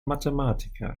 mathematiker